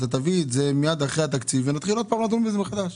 אתה תביא את זה מיד אחרי התקציב ונתחיל שוב לדון בזה מחדש.